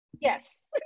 Yes